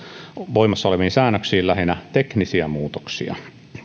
voimassa oleviin säännöksiin lähinnä teknisiä muutoksia